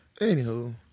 Anywho